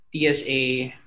TSA